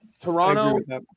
Toronto